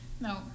No